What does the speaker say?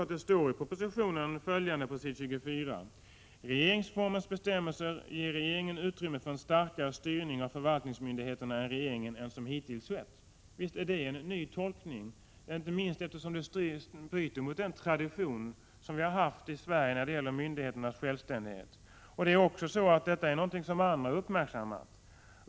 När det gäller frågan om tolkning av grundlagen står det faktiskt på s. 24 i propositionen: ”Regeringsformens bestämmelser ger regeringen utrymme för en starkare styrning av förvaltningsmyndigheterna under regeringen än som hittills skett.” Visst är det en ny tolkning, inte minst eftersom den bryter mot den tradition som vi har haft i Sverige när det gäller myndigheternas självständighet. Detta är också någonting som andra uppmärksammar.